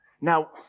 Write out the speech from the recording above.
Now